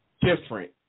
different